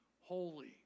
holy